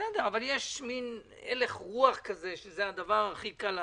אבל יש מין הלך-רוח כזה, שזה הדבר הכי קל לעשות.